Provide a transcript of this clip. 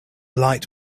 light